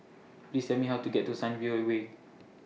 Please Tell Me How to get to Sunview Way